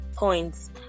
Points